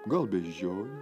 gal beždžionė